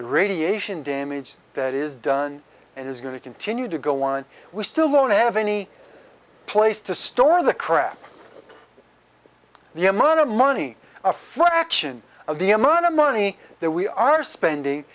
radiation damage that is done and is going to continue to go on we still won't have any place to store the crap the amount of money a fraction of the amount of money that we are spending